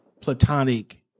platonic